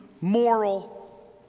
moral